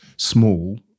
small